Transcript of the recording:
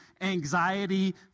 anxiety